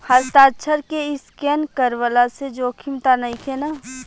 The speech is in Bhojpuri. हस्ताक्षर के स्केन करवला से जोखिम त नइखे न?